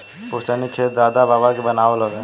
पुस्तैनी खेत दादा बाबा के बनावल हवे